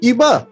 Iba